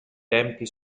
tempi